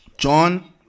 John